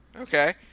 okay